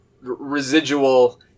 residual